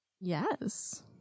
Yes